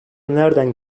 nerden